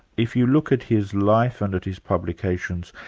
if you look at his life and at his publications,